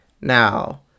Now